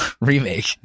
Remake